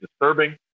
disturbing